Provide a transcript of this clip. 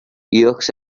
yolks